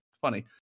funny